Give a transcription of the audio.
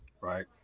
right